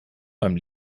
beim